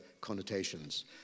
connotations